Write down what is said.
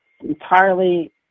entirely